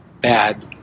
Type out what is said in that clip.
bad